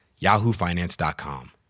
YahooFinance.com